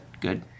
good